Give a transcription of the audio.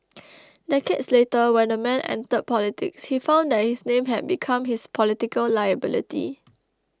decades later when the man entered politics he found that his name had become his political liability